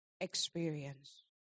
experience